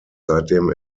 seitdem